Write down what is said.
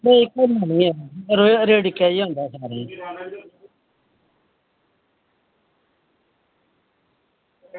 ना घटदा निं ऐ रेट इक्कै निहां होंदा सारें दा